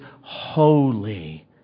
holy